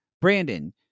Brandon